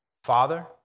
Father